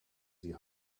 sie